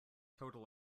total